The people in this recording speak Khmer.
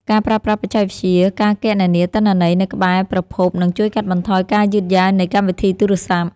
ការប្រើប្រាស់បច្ចេកវិទ្យា ការគណនាទិន្នន័យនៅក្បែរប្រភព នឹងជួយកាត់បន្ថយការយឺតយ៉ាវនៃកម្មវិធីទូរសព្ទ។